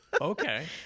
Okay